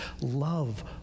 love